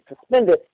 suspended